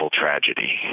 tragedy